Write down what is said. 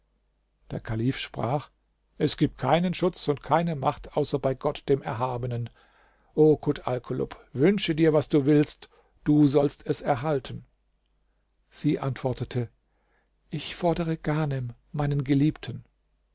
der kalif sprach es gibt keinen schutz und keine macht außer bei gott dem erhabenen o kut alkulub wünsche dir was du willst du sollst es erhalten sie antwortete ich fordere ghanem meinen geliebten